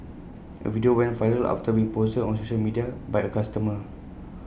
A video went viral after being posted on social media by A customer